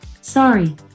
sorry